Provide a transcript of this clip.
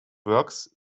works